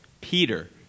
Peter